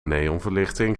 neonverlichting